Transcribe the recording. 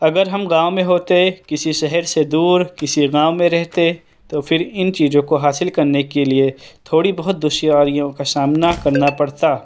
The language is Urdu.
اگر ہم گاؤں میں ہوتے کسی شہر سے دور کسی گاؤں میں رہتے تو پھر ان چیزوں کو حاصل کرنے کے لیے تھوڑی بہت دشواریوں کا سامنا کرنا پڑتا